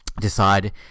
decide